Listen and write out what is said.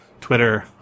twitter